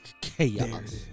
chaos